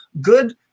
good